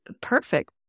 perfect